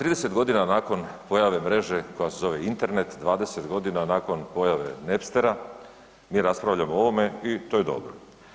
30 godina nakon pojave mreže koja se zove internet, 20 godina nakon pojave Nebstera, mi raspravljamo o ovome i to je dobro.